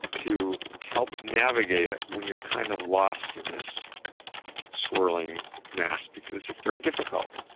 to help navigate it when you're kind of lost in this swirling mass because it's very difficult.